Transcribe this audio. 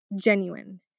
genuine